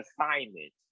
assignment